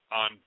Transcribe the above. on